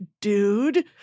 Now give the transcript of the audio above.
dude